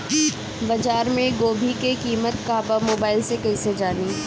बाजार में गोभी के कीमत का बा मोबाइल से कइसे जानी?